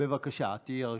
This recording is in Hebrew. בבקשה, את תהיי הראשונה.